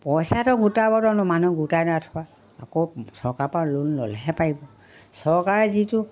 পইচাটো গোটাব মানুহ গোটাই নাই থোৱা আকৌ চৰকাৰৰপৰা লোন ল'লেহে পাৰিব চৰকাৰে যিটো